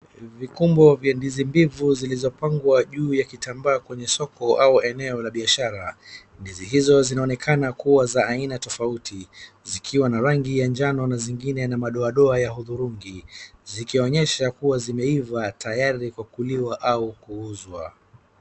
Vikumbo vya ndizi mbivu zilizopangwa juu ya kitambaa kwenye soko au eneo la biashara. Ndizi hizo zinaonekana kuwa za aina tofauti zikiwa na rangi ya jano na zingine na madoadoa ya hudhurungi, zikionyesha kuwa zimeiva tayari kwa kuliwa au kuuzwa.